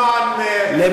כן,